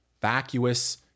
vacuous